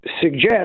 suggest